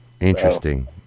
Interesting